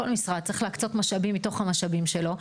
כל משרד צריך להקצות משאבים מתוך המשאבים שלו.